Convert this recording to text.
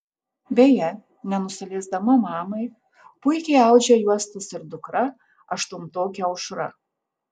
beje nenusileisdama mamai puikiai audžia juostas ir dukra aštuntokė aušra